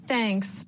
Thanks